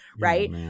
right